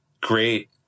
great